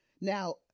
now